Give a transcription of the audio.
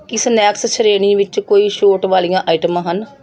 ਕੀ snacks ਸ਼੍ਰੇਣੀ ਵਿੱਚ ਕੋਈ ਛੋਟ ਵਾਲੀਆਂ ਆਈਟਮਾਂ ਹਨ